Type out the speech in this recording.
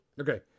Okay